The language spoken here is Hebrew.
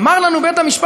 אמר לנו בית-המשפט,